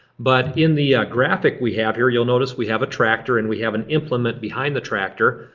but in the graphic we have here you'll notice we have a tractor and we have an implement behind the tractor.